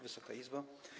Wysoka Izbo!